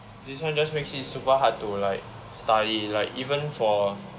this one just makes it super hard to like study like even for